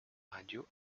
radio